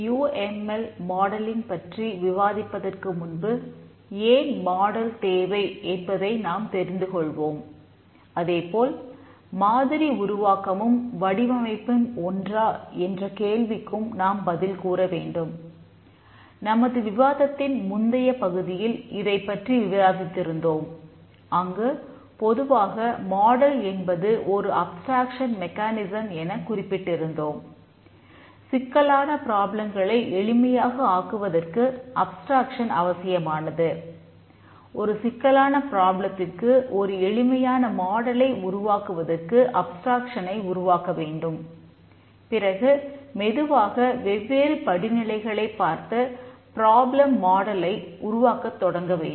you M L modelling உருவாக்கத் தொடங்க வேண்டும்